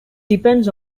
depends